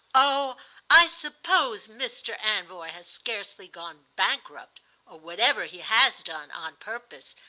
oh i suppose mr. anvoy has scarcely gone bankrupt or whatever he has done on purpose.